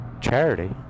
charity